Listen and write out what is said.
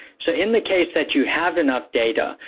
so, in the case that you have enough data,